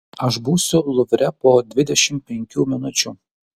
aš būsiu luvre po dvidešimt penkių minučių